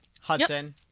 Hudson